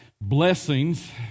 blessings